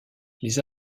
les